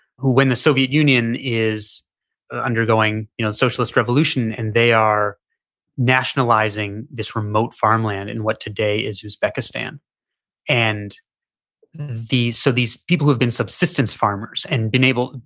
who when the soviet union is undergoing you know socialist revolution and they are nationalizing this remote farmland in what today is uzbekistan and these. so these people who've been subsistence farmers and been able,